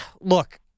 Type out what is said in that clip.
Look